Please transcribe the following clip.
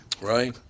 Right